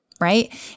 right